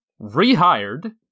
rehired